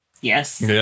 Yes